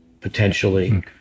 potentially